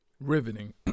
Riveting